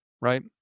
right